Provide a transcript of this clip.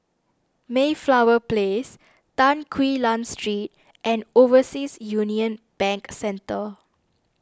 Mayflower Place Tan Quee Lan Street and Overseas Union Bank Centre